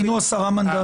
היינו 10 מנדטים.